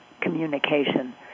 communication